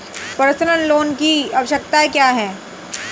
Personal loan की आवश्यकताएं क्या हैं?